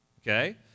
okay